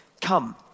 Come